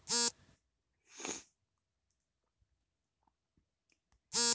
ಬಲಿತ ಕುರಿಮರಿಗಳನ್ನು ಮಾಂಸದಂಗಡಿಯವರು ಮಾಂಸಕ್ಕಾಗಿ ಕಡಿತರೆ